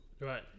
Right